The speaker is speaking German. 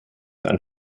ein